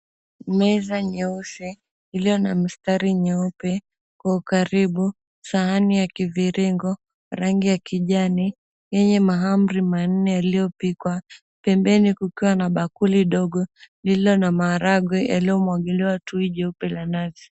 Meza nyeusi iliyo na mistari nyeupe, kwa ukaribu sahani ya kiviringo rangi ya kijani yenye mahamri manne yaliyopikwa, pembeni kukiwa na bakuli dogo lililo na maharagwe yaliyomwagiliwa tui jeupe la nazi.